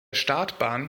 startbahn